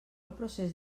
procés